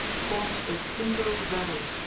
forms a single valley,